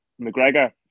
McGregor